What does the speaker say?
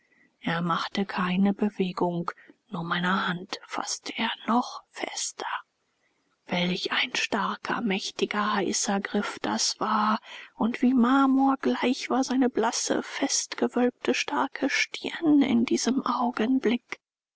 er machte keine bewegung nur meine hand faßte er noch fester welch ein starker mächtiger heißer griff das war und wie marmorgleich war seine blasse festgewölbte starke stirn in diesem augenblick